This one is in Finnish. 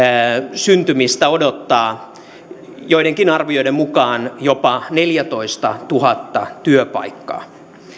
syntymistään odottaa joidenkin arvioiden mukaan jopa neljätoistatuhatta työpaikkaa